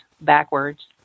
backwards